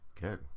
Good